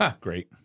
Great